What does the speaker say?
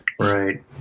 right